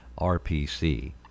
RPC